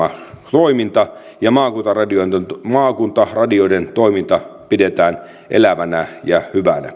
toiminta ja maakuntaradioiden maakuntaradioiden toiminta pidetään elävänä ja hyvänä